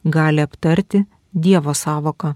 gali aptarti dievo sąvoką